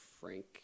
frank